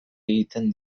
egiten